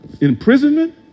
imprisonment